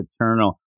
Eternal